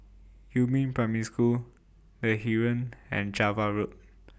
Yumin Primary School The Heeren and Java Road